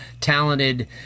talented